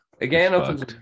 Again